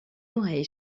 oreille